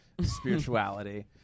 spirituality